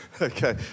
Okay